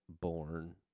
born